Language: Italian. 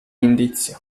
indizio